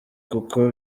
kuko